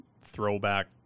throwback